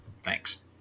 Thanks